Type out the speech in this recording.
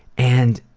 and,